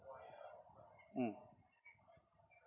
mm